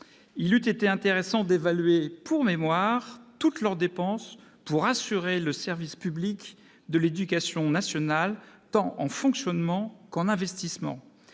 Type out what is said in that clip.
Il eût été intéressant d'évaluer, pour mémoire, toutes les dépenses qu'elles assument pour assurer le service public de l'éducation nationale, tant en fonctionnement qu'en investissement.